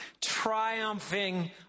triumphing